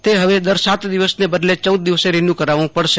તે હવે દર સાત દિવસને બદલે ચૌદ દિવસે રીન્યુ કરાવું પડશે